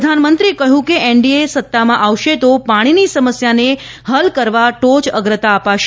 પ્રધાનમંત્રીએ કહ્યું કે એનડીએ સત્તામાં આવશે તો પાણીની સમસ્યાને હલ કરવા ટોચઅગ્રતા આપશે